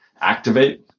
activate